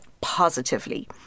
positively